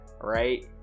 right